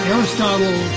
Aristotle